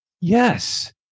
Yes